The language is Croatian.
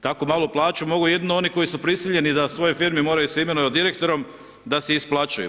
Tako malu plaću mogu jedino oni koji su prisiljeni da u svojoj firmi se moraju imenovati direktorom, da se isplaćuju.